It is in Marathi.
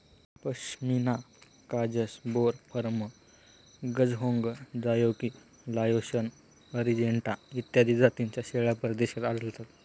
पश्मिना काजस, बोर, फर्म, गझहोंग, जयोगी, लाओशन, अरिजेंटो इत्यादी जातींच्या शेळ्याही परदेशात आढळतात